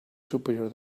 superior